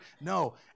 No